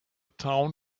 town